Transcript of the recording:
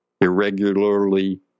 irregularly